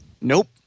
Nope